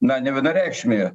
na nevienareikšmį